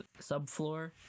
subfloor